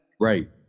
Right